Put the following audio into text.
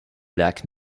lac